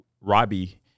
Robbie –